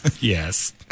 Yes